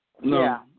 No